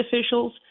officials